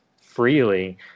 freely